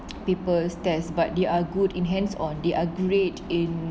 papers test but they are good in hands or they are great in